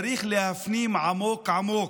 צריך להפנים עמוק עמוק: